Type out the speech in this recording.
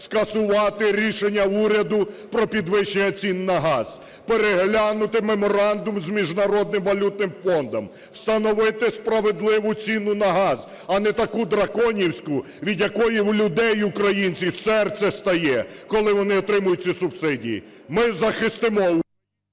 скасувати рішення уряду про підвищення цін на газ, переглянути меморандум з Міжнародним валютним фондом, встановити справедливу ціну на газ. А не таку драконівську, від якої у людей українців серце стає, коли вони отримають ці субсидії. Ми захистимо…